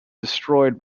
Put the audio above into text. destroyed